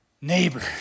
neighbor